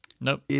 Nope